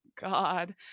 God